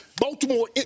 Baltimore